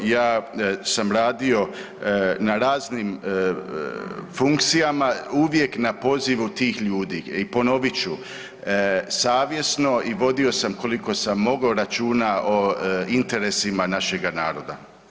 Ja sam radio na raznim funkcijama, uvijek na poziv tih ljudi i ponovit ću, savjesno i vodio sam koliko sam mogao računa o interesima našega naroda.